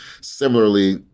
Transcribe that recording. Similarly